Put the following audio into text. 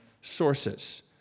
sources